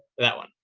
that one.